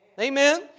Amen